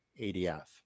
adf